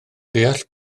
deall